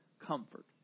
comfort